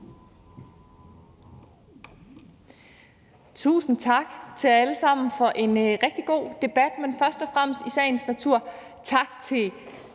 Tusind tak til jer alle sammen for en rigtig god debat, men først og fremmest i sagens natur tak til